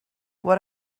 what